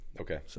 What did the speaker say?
Okay